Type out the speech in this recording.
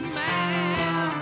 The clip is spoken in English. man